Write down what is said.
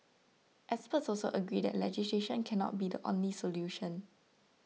experts also agree that legislation cannot be the only solution